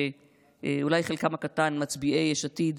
אולי חלקם הקטן מצביעי יש עתיד,